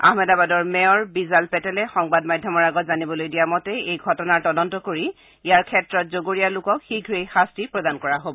আহমেদাবাদৰ মেয়ৰ বিজাল পেটেলে সংবাদ মাধ্যমৰ আগত জানিবলৈ দিয়া মতে এই ঘটনাৰ তদন্ত কৰি ইয়াৰ ক্ষেত্ৰত জগৰীয়া লোকক শীঘ্ৰেই শাস্তি প্ৰদান কৰা হব